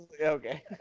okay